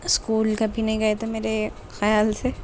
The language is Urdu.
اسکول کبھی نہیں گیے تھے میرے خیال سے